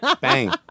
bang